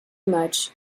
much